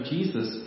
Jesus